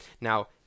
Now